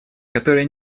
которое